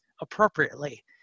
appropriately